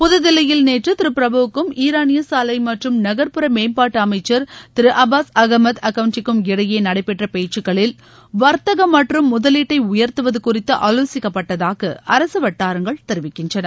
புதுதில்லியில் நேற்று திரு புரபுவுக்கும் ஈரானிய சாலை மற்றும் நகர்புற மேம்பாட்டு அமைச்சர் திரு அபாஸ் அசமது அக்கவுண்டிக்கும் இடையே நடைபெற்ற பேச்சுக்களில் வர்த்தகம் மற்றும் முதலீட்டை உயர்த்துவது குறித்து ஆலோசிக்கப்பட்டதாக அரசு வட்டாரங்கள் தெரிவிக்கின்றன